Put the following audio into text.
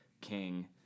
king